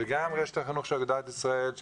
וגם רשת החינוך של אגודת ישראל,